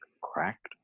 cracked